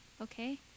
okay